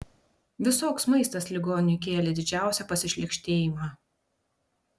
visoks maistas ligoniui kėlė didžiausią pasišlykštėjimą